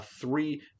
three